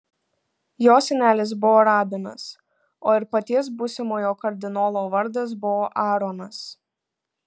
jo senelis buvo rabinas o ir paties būsimojo kardinolo vardas buvo aaronas